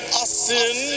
Austin